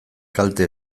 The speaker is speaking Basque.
kalte